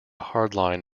hardline